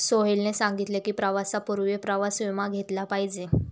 सोहेलने सांगितले की, प्रवासापूर्वी प्रवास विमा घेतला पाहिजे